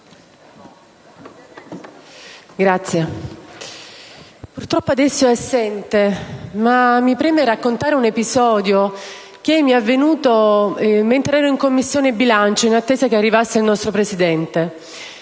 il senatore è assente, ma mi preme raccontare un episodio che è avvenuto mentre ero in Commissione bilancio in attesa che arrivasse il nostro Presidente.